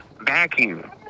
vacuum